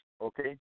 okay